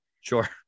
sure